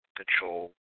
control